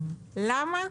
למה?